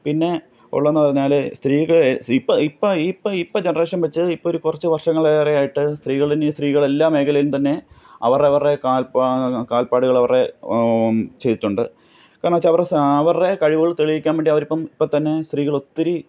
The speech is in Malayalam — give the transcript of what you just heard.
പിന്നെ ഉള്ളതെന്ന് പറഞ്ഞാൽ സ്ത്രീക്ക് ഇപ്പം ഇപ്പം ഇപ്പം ഇപ്പം ജെനറേഷന് വച്ച് ഇപ്പോഴൊരു കുറച്ചു വര്ഷങ്ങളേറെ ആയിട്ട് സ്രീകൾ തന്നെ സ്ത്രീകളെല്ലാ മേഖലയിലും തന്നെ അവര് അവരുടെ കാല്പ്പാട് കാല്പ്പാടുകളവരുടെ ചെയ്തിട്ടുണ്ട് കാരണമെന്നു വച്ചാൽ അവരുടെ അവരുടെ കഴിവുകള് തെളിയിക്കാന് വേണ്ടി അവരിപ്പം ഇപ്പം തന്നെ സ്ത്രീകളൊത്തിരി